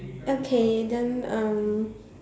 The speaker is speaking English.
okay then um